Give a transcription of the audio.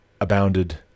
abounded